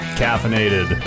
caffeinated